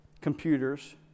computers